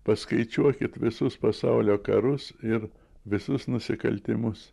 paskaičiuokit visus pasaulio karus ir visus nusikaltimus